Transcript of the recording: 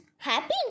Happy